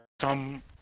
come